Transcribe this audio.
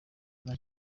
nta